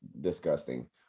disgusting